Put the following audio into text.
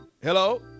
Hello